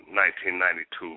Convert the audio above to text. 1992